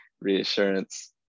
reassurance